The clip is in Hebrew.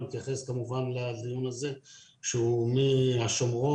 אני מתייחס כמובן לאזור הזה כשהוא מהשומרון,